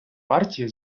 партії